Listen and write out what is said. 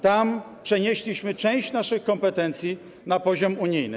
Tam przenieśliśmy część naszych kompetencji na poziom unijny.